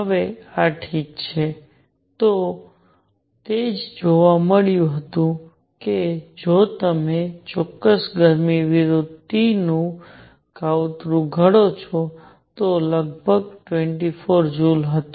હવે આ ઠીક છે આ તે જ જોવા મળ્યું હતું કે જો તમે ચોક્કસ ગરમી વિરુદ્ધ T નું કાવતરું ઘડો છો તો તે લગભગ 24 જૂલ હતું